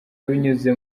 binyuze